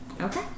Okay